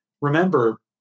remember